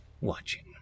watching